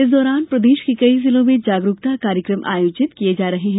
इस दौरान प्रदेश के कई जिलों में जागरूकता कार्यक्रम आयोजित किये जा रहे हैं